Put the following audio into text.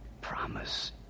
Promise